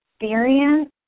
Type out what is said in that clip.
experience